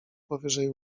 powyżej